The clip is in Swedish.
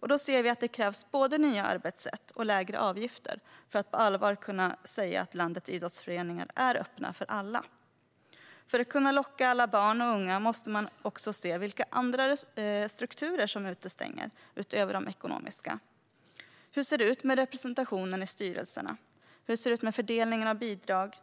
Då ser vi att det krävs både nya arbetssätt och lägre avgifter för att på allvar kunna säga att landets idrottsföreningar är öppna för alla. För att kunna locka alla barn och unga måste man också se vilka andra strukturer som utestänger, utöver de ekonomiska. Hur ser det ut med representationen i styrelserna? Hur ser det ut med fördelningen av bidrag?